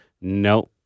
No